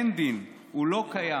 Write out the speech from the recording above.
אין דין, הוא לא קיים.